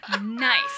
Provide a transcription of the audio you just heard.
nice